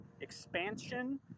Expansion